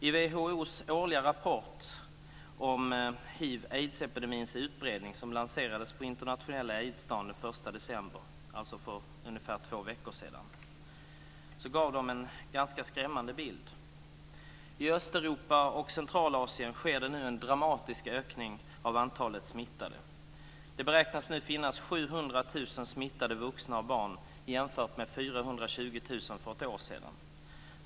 I WHO:s årliga rapport om hiv/aids-epidemins utbredning, som lanserades på den internationella aidsdagen den 1 december, alltså för ungefär två veckor sedan, gavs en ganska skrämmande bild. I Östeuropa och Centralasien sker nu en dramatisk ökning av antalet smittade. Det beräknas nu finnas 700 000 smittade vuxna och barn jämfört med 420 000 för ett år sedan.